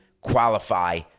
qualify